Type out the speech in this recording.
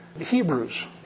Hebrews